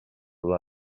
blat